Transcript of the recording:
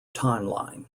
timeline